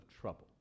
trouble